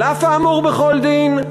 על אף האמור בכל דין,